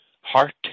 heart